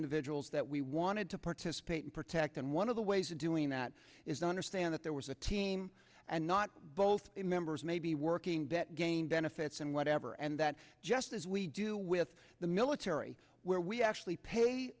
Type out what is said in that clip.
individuals that we wanted to participate and protect and one of the ways of doing that is understand that there was a team and not both members may be working that gain benefits and what ever and that just as we do with the military where we actually pay